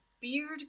beard